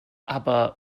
aber